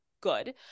good